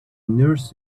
nurse